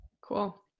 Cool